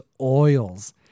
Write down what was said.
oils